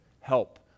help